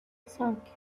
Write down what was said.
cinq